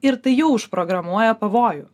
ir tai jau užprogramuoja pavojų